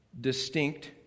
distinct